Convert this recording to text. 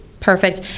Perfect